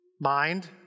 mind